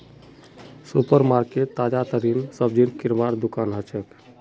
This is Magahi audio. सुपर मार्केट ताजातरीन सब्जी किनवार दुकान हछेक